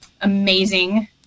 amazing